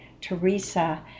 Teresa